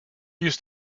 used